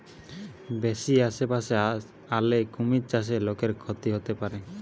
বেশি আশেপাশে আলে কুমির চাষে লোকর ক্ষতি হতে পারে